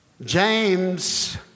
James